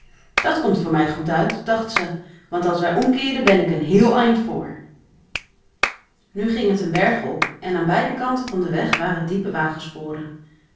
dat komt voor mij goed uit dacht ze want als wij omkeeren ben ik een heel eind vr nu ging het een berg op en aan beide kanten van den weg waren diepe